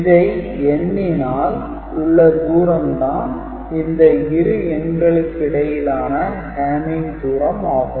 இதை எண்ணினால் உள்ள தூரம் தான் இந்த இரு எண்களுக்கு இடையிலான Hamming தூரம் ஆகும்